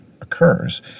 occurs